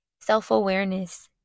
self-awareness